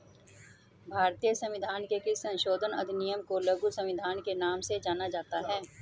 भारतीय संविधान के किस संशोधन अधिनियम को लघु संविधान के नाम से जाना जाता है?